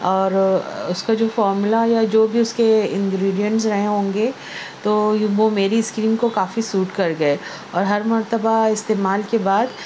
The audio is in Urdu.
اور اس کا جو فارمولا یا جو بھی اس کے انگریڈینس رہے ہوں گے تو وہ میری اسکن کو کافی سوٹ کر گئے اور ہر مرتبہ استعمال کے بعد